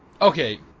Okay